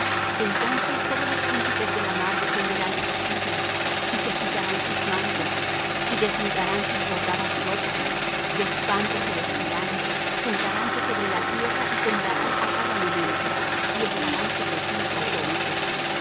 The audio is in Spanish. entonces todos los príncipes de la mar descenderán de sus sillas y se quitarán sus mantos y desnudarán sus bordadas ropas de espanto se vestirán sentaránse sobre la tierra y temblarán á cada momento y estarán sobre ti atónitos